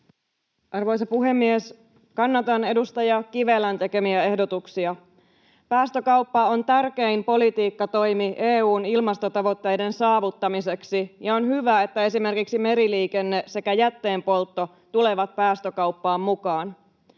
Arvoisa puhemies! Kannatan edustaja Kivelän tekemiä ehdotuksia. Päästökauppa on tärkein politiikkatoimi EU:n ilmastotavoitteiden saavuttamiseksi, ja on hyvä, että esimerkiksi meriliikenne sekä jätteenpoltto tulevat päästökauppaan mukaan.